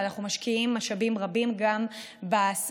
ואנחנו משקיעים משאבים רבים גם במתן